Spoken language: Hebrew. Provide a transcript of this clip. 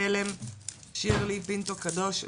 טיפול המדינה בתופעת הימצאות ילדים מקבצי